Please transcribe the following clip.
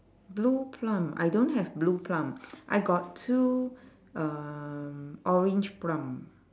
blue plum I don't have blue plum I got two um orange plum